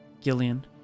Gillian